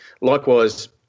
Likewise